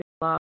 love